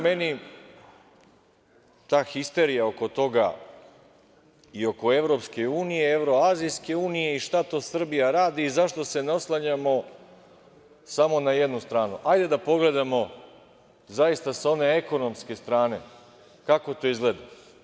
Meni ta histerija oko toga, i oko Evropske unije i Evroazijske unije i šta to Srbija radi i zašto se ne oslanjamo samo na jednu stranu, hajde da pogledamo zaista sa one ekonomske strane kako to izgleda.